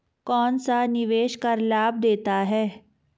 कौनसा निवेश कर लाभ देता है?